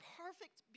perfect